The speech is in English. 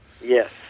Yes